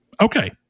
Okay